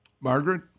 Margaret